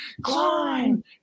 climb